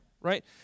right